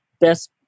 best